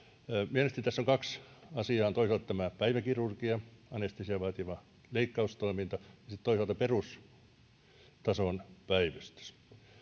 mielestäni tässä on kaksi asiaa on toisaalta tämä päiväkirurgia anestesiaa vaativa leikkaustoiminta ja sitten toisaalta perustason päivystys